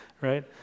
right